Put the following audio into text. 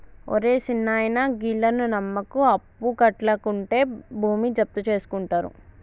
ఒరే సిన్నాయనా, గీళ్లను నమ్మకు, అప్పుకట్లకుంటే భూమి జప్తుజేసుకుంటరు